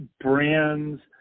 brands